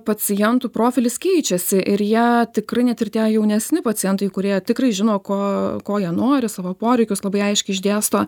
pacientų profilis keičiasi ir jie tikrai net ir tie jaunesni pacientai kurie tikrai žino ko ko jie nori savo poreikius labai aiškiai išdėsto